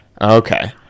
Okay